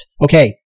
Okay